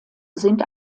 sind